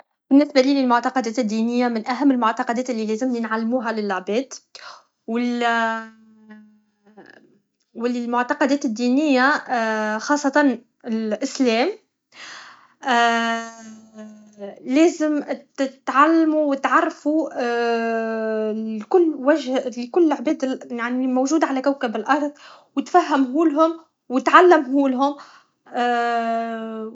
بالنسبه لي المعتقدات الدينيه من اهم المعتقدات لي لازم نعلموهم للعباد و المعتقدات الدينيه خاصة الإسلام لازم تعلمو و تعرفو لكل وجه لكل لعباد يعني الموجوده على كوكب الأرض و تفهمهولهم و تعلمهولهم